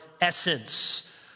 essence